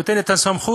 נותן את הסמכות